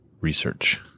research